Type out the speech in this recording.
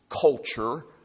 culture